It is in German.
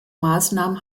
maßnahmen